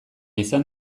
izan